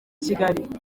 kigali